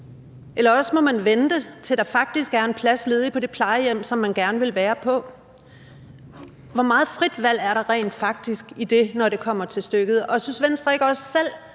eller også må man vente, til der faktisk er en plads ledig på det plejehjem, som man gerne vil være på. Hvor meget frit valg er der rent faktisk i dag, når det kommer til stykket? Synes Venstre ikke også selv,